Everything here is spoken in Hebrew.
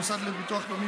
המוסד לביטוח לאומי,